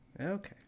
Okay